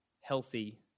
healthy